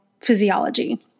physiology